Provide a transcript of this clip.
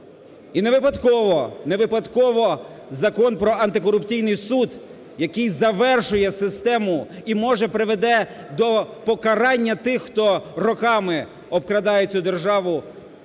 не випадково Закон про антикорупційний суд, який завершує систему і, може, приведе до покарання тих, хто роками обкрадає цю державу,